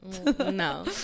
no